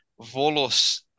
Volos